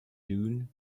dune